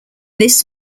this